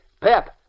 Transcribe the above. Pep